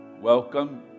welcome